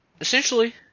essentially